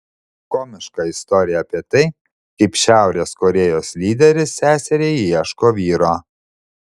komiška istorija apie tai kaip šiaurės korėjos lyderis seseriai ieško vyro